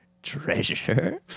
Treasure